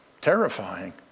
terrifying